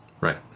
Right